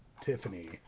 Tiffany